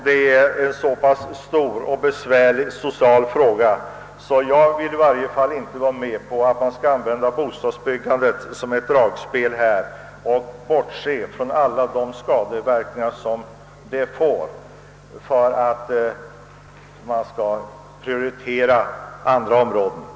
Detta är en så stor och besvärlig social fråga att i varje fall inte jag vill gå med på att använda en minskning av bostadsbyggandet som ett instrument på detta område med bortseende från alla de skadeverkningar, vilka följer härmed, för att i stället prioritera andra områden.